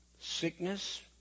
sickness